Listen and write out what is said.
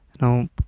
Now